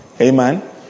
Amen